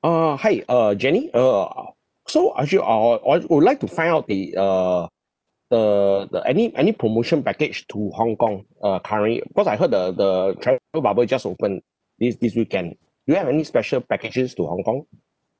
uh hi uh jenny err so actually I I would like to find out the err the the any any promotion package to hong kong uh currently because I heard the the travel bubble just opened this this weekend do you have any special packages to hong kong